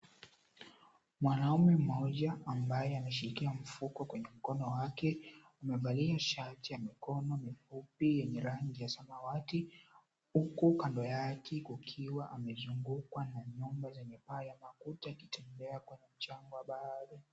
Mwanaume mmoja ambaye ameshikia mfuko kwenye mkono wake, amevalia shati lenye mikono mifupi ya rangi ya samawati huku kando yake kukiwa amezungukwa na nyumba zenye paa ya makuti akitembea kwenye mchanga wa bahari.